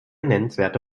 nennenswerte